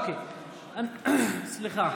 אנו עוברים להצעת